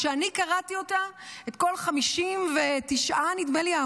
כשאני קראתי אותה, נדמה לי את